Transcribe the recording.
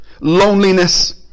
loneliness